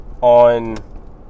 on